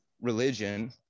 religion